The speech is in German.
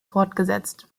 fortgesetzt